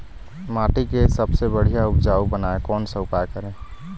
माटी के सबसे बढ़िया उपजाऊ बनाए कोन सा उपाय करें?